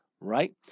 right